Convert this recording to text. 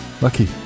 lucky